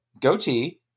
goatee